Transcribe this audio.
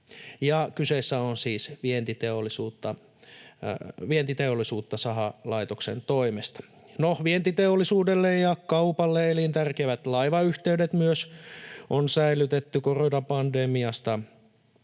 Kyseessä on siis vientiteollisuutta sahalaitoksen toimesta. No, vientiteollisuudelle ja kaupalle elintärkeät laivayhteydet on myös säilytetty koronapandemiasta